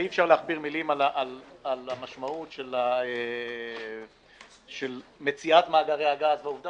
הרי אי אפשר להכביר מילים על המשמעות של מציאת מאגרי הגז והעובדה